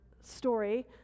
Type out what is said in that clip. story